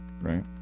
right